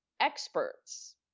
experts